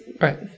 right